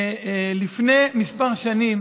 לפני כמה שנים